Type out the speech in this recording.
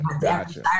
gotcha